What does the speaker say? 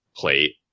plate